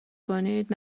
کنید